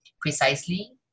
precisely